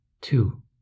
Two